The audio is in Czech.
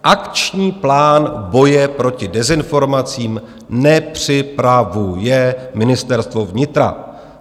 Akční plán boje proti dezinformacím nepřipravuje Ministerstvo vnitra.